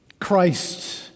Christ